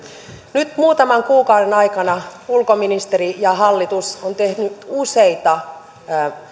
nyt muutaman kuukauden aikana ulkoministeri ja hallitus ovat tehneet useita